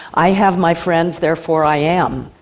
i have my friends, therefore i am.